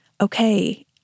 okay